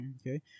okay